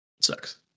Sucks